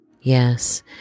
Yes